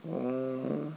oh